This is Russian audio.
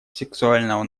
сексуального